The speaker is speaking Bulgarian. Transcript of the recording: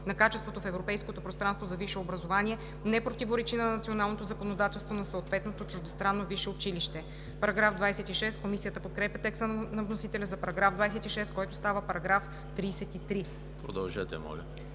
на качеството в европейското пространство за висше образование не противоречи на националното законодателство на съответното чуждестранно висше училище.“ Комисията подкрепя текста на вносителя за § 26, който става § 33. По §